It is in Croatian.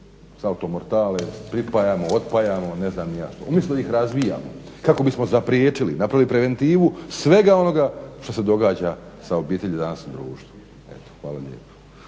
salto mortale, pripajamo, otpajamo, ne znam ni ja, umjesto da ih razvijamo kako bismo zapriječili, napravili preventivu svega onoga što se događa sa obitelji danas u društvu. Eto, hvala lijepo.